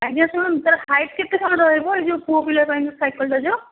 ଆଜ୍ଞା ଶୁଣନ୍ତୁ ତାର ହାଇଟ୍ କେତେ କ'ଣ ରହିବ ଏଇ ଯେଉଁ ପୁଅ ପିଲାଙ୍କ ପାଇଁ ସାଇକେଲ୍ଟା ଯୋଉ